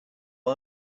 one